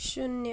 शून्य